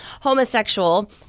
homosexual